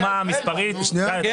מספרים.